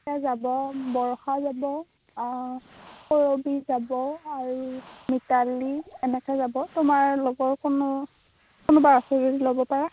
যাব বৰষা যাব কৰবী যাব আৰু মিতালী এনেকৈ যাব তোমাৰ লগৰ কোনো কোনোবা আছে যদি ল'ব পাৰা